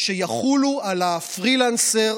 שיחולו על הפרילנסר